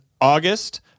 August